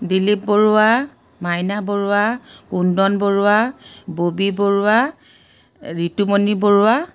Dilip Barua Maina Barua Kundan Barua Bobby Barua Ritumoni Barua